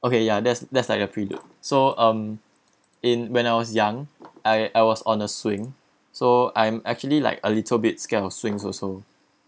okay ya that's that's like a prelude so um in when I was young I I was on a swing so I'm actually like a little bit scared of swings also